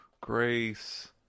Grace